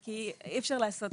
כי אי אפשר לעשות,